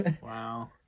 Wow